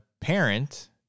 parent